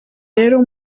rero